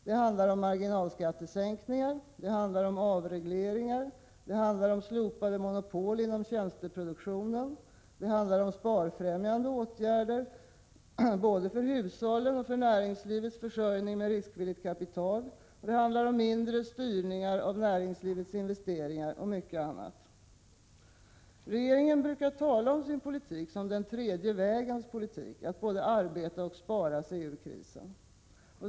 Det handlar om marginalskattesänkningar, det handlar om avregleringar, det handlar om slopade monopol inom tjänsteproduktionen, det handlar om sparfrämjande åtgärder både för hushållen och för näringslivets försörjning med riskvilligt kapital, det handlar om mindre styrningar av näringslivets investeringar, och mycket annat. Regeringen brukar tala om sin politik som den tredje vägens politik, att både arbeta och spara sig ur krisen.